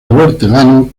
hortelano